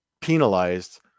penalized